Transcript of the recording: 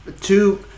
Two